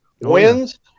wins